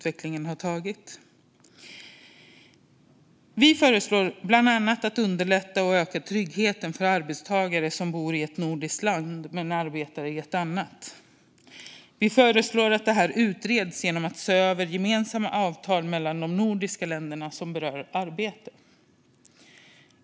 Vi föreslår bland annat att man ska underlätta och öka tryggheten för arbetstagare som bor i ett nordiskt land men arbetar i ett annat. Vi föreslår att detta utreds genom att man ser över de nordiska ländernas gemensamma avtal som berör arbete.